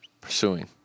pursuing